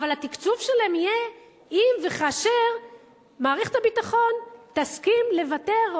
אבל התקצוב שלהן יהיה אם וכאשר מערכת הביטחון תסכים לוותר,